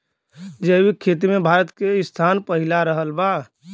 जैविक खेती मे भारत के स्थान पहिला रहल बा